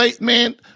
man